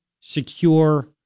secure